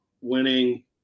winning